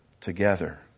together